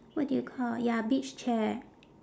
what do you call ya beach chair